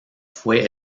fue